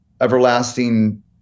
everlasting